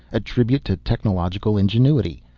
a tribute to technological ingenuity.